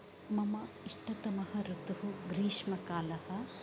मम इष्टतमः ऋतुः ग्रीष्मकालः